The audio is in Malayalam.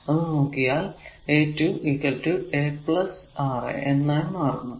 അത് നോക്കിയാൽ a 2 lrm a R a എന്നായി മാറുന്നു